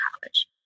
college